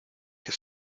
que